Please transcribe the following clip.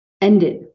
ended